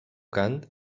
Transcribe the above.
cant